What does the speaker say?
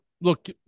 look